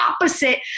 opposite